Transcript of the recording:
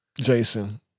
Jason